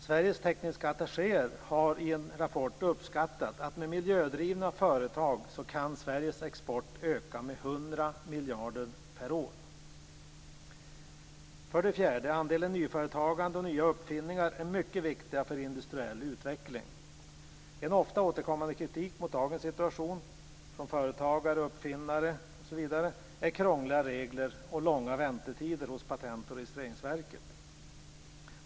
Sveriges tekniska attachéer har i en rapport uppskattat att med miljödrivna företag kan Sveriges export öka med 100 miljarder per år. 4. Andelen nyföretagande och nya uppfinningar är mycket viktiga för industriell utveckling. En ofta återkommande kritik mot dagens situation - från företagare, uppfinnare, m.fl. - är krångliga regler och långa väntetider hos Patent och registreringsverket.